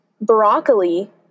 broccoli